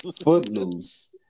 Footloose